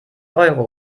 euro